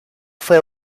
fue